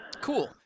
Cool